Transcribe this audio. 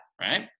right